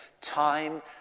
time